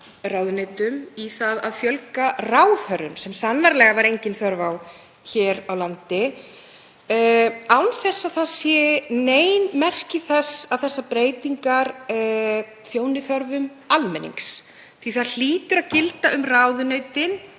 ráðuneytum, fjölga ráðherrum sem sannarlega var engin þörf á hér á landi, án þess að það séu nein merki þess að þessar breytingar þjóni þörfum almennings. Það hlýtur að gilda um ráðuneytin